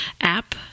app